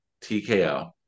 TKO